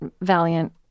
valiant